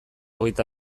hogeita